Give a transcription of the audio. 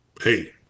hey